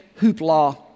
hoopla